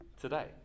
today